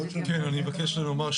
הוא יודע להיות רב